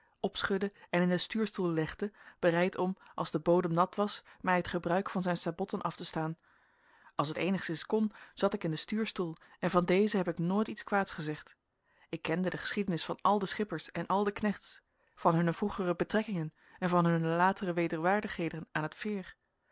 opschudde en in den stuurstoel legde bereid om als de bodem nat was mij het gebruik van zijn sabotten af te staan als het eenigszins kon zat ik in den stuurstoel en van dezen heb ik nooit iets kwaads gezegd ik kende de geschiedenis van al de schippers en al de knechts van hunne vroegere betrekkingen en van hunne latere wederwaardigheden aan het veer